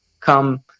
come